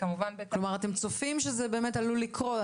אתם צופים שזה באמת עלול לקרות?